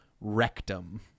Rectum